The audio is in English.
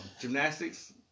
Gymnastics